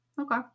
okay